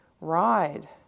ride